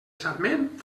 sarment